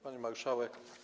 Pani Marszałek!